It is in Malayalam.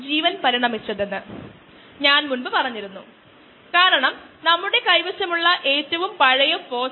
നമ്മൾ ഡിനോമിനേറ്ററിനെ s ഉപയോഗിച്ച് മാറ്റിയാൽ നമുക്ക് mu m S by S എന്ന് കിട്ടും